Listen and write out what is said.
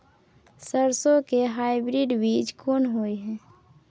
सरसो के हाइब्रिड बीज कोन होय है?